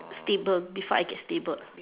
stable before I get stable